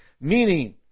meaning